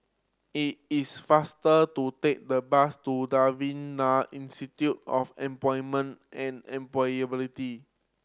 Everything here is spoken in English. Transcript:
it is faster to take the bus to Devan Nair Institute of Employment and Employability